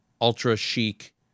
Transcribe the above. ultra-chic